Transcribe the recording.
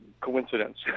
coincidence